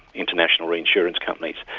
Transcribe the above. international re-insurance companies,